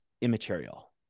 immaterial